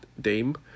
Dame